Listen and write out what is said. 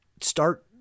start